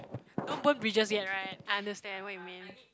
don't burn bridges yet right I understand what do you mean